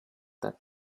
that